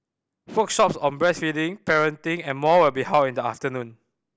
workshops on breastfeeding parenting and more will be held in the afternoon